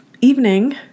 evening